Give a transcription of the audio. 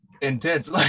intense